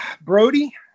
Brody